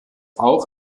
auch